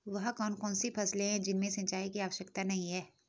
वह कौन कौन सी फसलें हैं जिनमें सिंचाई की आवश्यकता नहीं है?